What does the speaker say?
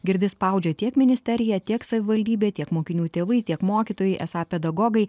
girdi spaudžia tiek ministerija tiek savivaldybė tiek mokinių tėvai tiek mokytojai esą pedagogai